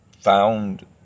found